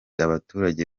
abaturage